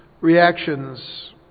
reactions